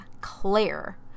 Claire